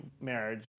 marriage